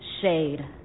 shade